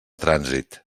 trànsit